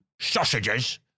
Sausages